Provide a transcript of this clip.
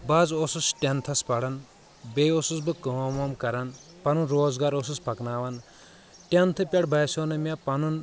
بہ حظ اوسُس ٹٮ۪نتھس پران بییٚہِ اوسُس بہٕ کٲم وٲم کران پنُن روزگار اوسُس پکناوان ٹٮ۪نتھ پٮ۪ٹھ باسیٚو نہٕ مےٚ پنُن